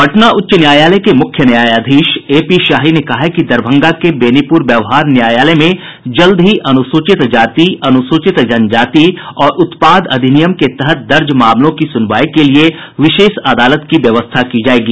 पटना उच्च न्यायालय के मुख्य न्यायाधीश ए पी शाही ने कहा है कि दरभंगा के बेनीपुर व्यवहार न्यायालय में जल्द ही अनुसूचित जाति अनुसूचित जनजाति और उत्पाद अधिनियम के तहत दर्ज मामलों की सुनवाई के लिए विशेष अदालत की व्यवस्था की जाएगी